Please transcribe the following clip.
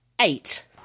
eight